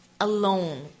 alone